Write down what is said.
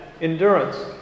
endurance